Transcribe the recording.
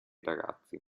ragazzi